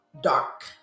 dark